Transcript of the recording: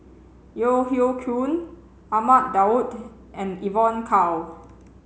Yeo Hoe Koon Ahmad Daud and Evon Kow